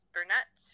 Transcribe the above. Burnett